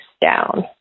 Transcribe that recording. down